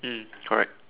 mm correct